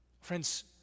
Friends